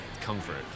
comfort